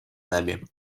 нами